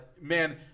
Man